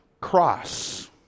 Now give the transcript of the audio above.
cross